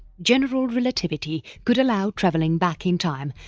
general relativity could allow travelling back in time,